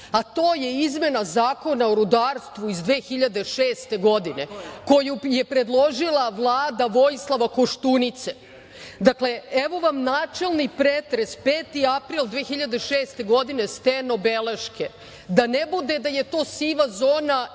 a to je izmena Zakona o rudarstvu iz 2006. godine koju je predložila Vlada Vojislava Koštunice. Dakle, evo vam načelni pretres 5. april 2006. godine, steno beleške, da ne bude da je to siva zona i